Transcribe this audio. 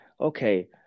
Okay